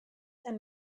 and